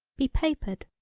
be papered.